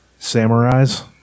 Samurais